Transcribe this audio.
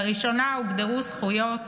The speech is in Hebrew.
לראשונה הוגדרו זכויות